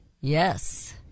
Yes